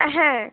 হ্যাঁ